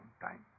time